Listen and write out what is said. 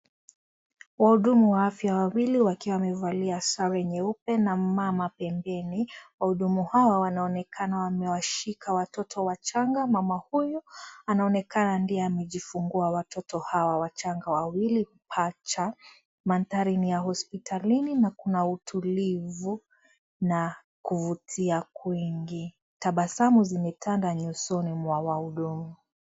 Wahudumu wa afya wawili wakiwa wamevalia sare nyeupe na mmama pembeni, wahudumu hawa wanaonekana wamewashika watoto wachanga, mmama huyu anaonekana ndiye amejifungua watoto hawa wachanga wawili pacha. Manthari ni ya hospitalini na kuna utulivu na kuvutia kwingi. Tabasamu zimetanda nyusoni mwa wahudumu.